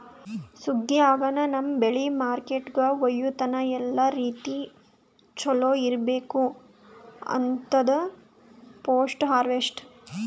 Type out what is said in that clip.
ಸುಗ್ಗಿ ಆಗನ ನಮ್ಮ್ ಬೆಳಿ ಮಾರ್ಕೆಟ್ಕ ಒಯ್ಯತನ ಎಲ್ಲಾ ರೀತಿ ಚೊಲೋ ಇರ್ಬೇಕು ಅಂತದ್ ಪೋಸ್ಟ್ ಹಾರ್ವೆಸ್ಟ್